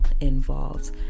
involved